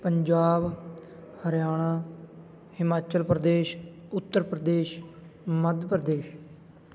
Punjab Haryana Himachal Pradesh Uttar Pradesh Madhya Pradesh